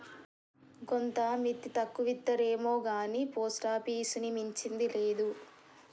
గోంత మిత్తి తక్కువిత్తరేమొగాని పోస్టాపీసుని మించింది లేదు